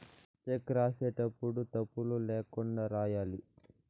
check రాసేటప్పుడు తప్పులు ల్యాకుండా రాయాలి